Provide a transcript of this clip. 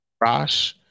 Rosh